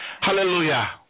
Hallelujah